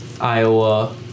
Iowa